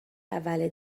اول